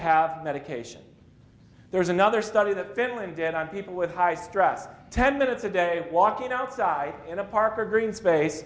have medication there is another study that finland did on people with high stress ten minutes a day walking outside in a park or green space